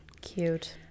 cute